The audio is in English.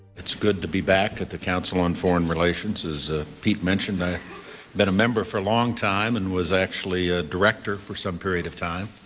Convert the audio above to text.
it's good to be back at the council on foreign relations. as ah pete mentioned i've been a member for a long time and was actually ah director for some period of time.